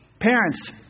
Parents